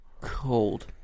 cold